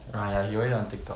ah ya he always on TikTok